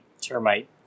termite